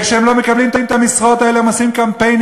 וכשהם לא מקבלים את המשרות האלה הם עושים קמפיינים